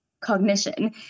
cognition